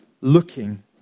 Looking